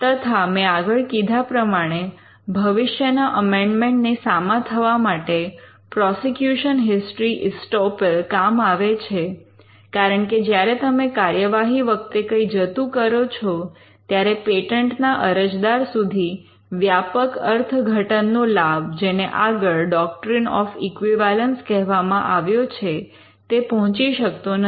તથા મેં આગળ કીધા પ્રમાણે ભવિષ્યના અમેન્ડમન્ટ ને સામા થવા માટે પ્રૉસિક્યૂશન હિસ્ટરી ઇસ્ટૉપલ કામ આવે છે કારણ કે જ્યારે તમે કાર્યવાહી વખતે કઈ જતું કરો છો ત્યારે પેટન્ટના અરજદાર સુધી વ્યાપક અર્થઘટન નો લાભ જેને આગળ ડૉક્ટ્રિન ઑફ ઇક્વિવેલન્સ કહેવામાં આવ્યો છે તે પહોંચી શકતો નથી